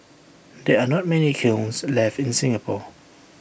there are not many kilns left in Singapore